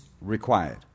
required